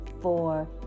four